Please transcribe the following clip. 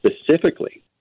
specifically